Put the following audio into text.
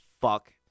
fuck